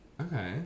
Okay